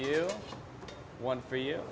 you one for you